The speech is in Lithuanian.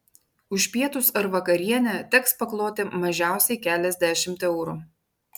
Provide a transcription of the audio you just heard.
už pietus ar vakarienę teks pakloti mažiausiai keliasdešimt eurų